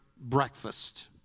Breakfast